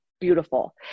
beautiful